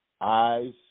eyes